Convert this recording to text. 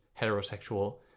heterosexual